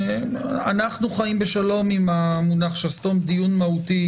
אנו חיים בשלום עם המונח שסתום דיון מהותי,